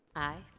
i.